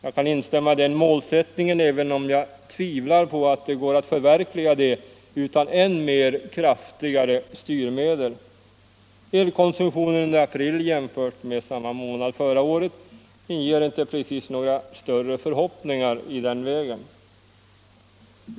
Jag kan instämma i den målsättningen även om jag tvivlar på att det går att förverkliga den utan än kraftigare styrmedel. Elkonsumtionen under april jämfört med samma månad förra året inger inte precis några större förhoppningar i den vägen.